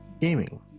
gaming